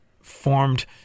formed